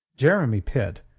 jeremy pitt,